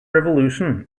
revolution